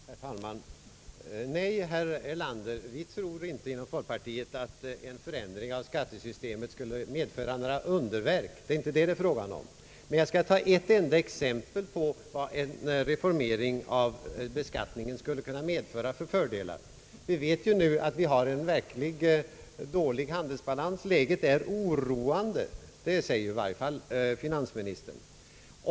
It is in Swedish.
Herr talman! Nej, herr Erlander, vi tror inte inom folkpartiet att en förändring av skattesystemet skulle medföra några underverk. Det är inte fråga om detta. Jag vill bara nämna ett enda exempel på vilka fördelar en reformering av beskattningen skulle kunna medföra. Vi vet ju att vi har en väldigt dålig handelsbalans. Läget är oroande, det säger i alla fall finansministern.